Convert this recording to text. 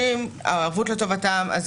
הערבות היא לטובת היורשים,